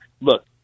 look